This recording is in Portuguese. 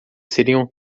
seriam